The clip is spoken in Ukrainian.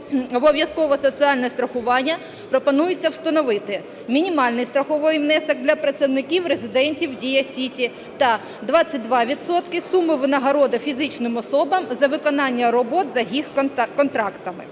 загальнообов'язкове соціальне страхування пропонується встановити мінімальний страховий внесок для працівників резидентів "Дія Сіті" та 22 відсотки суми винагороди фізичним особам за виконання робіт за їх контрактами.